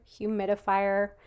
humidifier